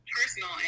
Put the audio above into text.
personal